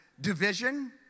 division